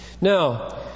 Now